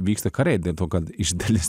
vyksta karai dėl to kad iš dalies